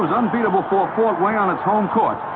and unbeatable for fort wayne on it's home court.